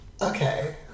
okay